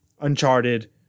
Uncharted